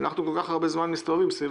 אנחנו כל כך הרבה זמן מסתובבים סביב